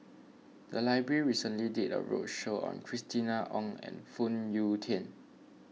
the library recently did a roadshow on Christina Ong and Phoon Yew Tien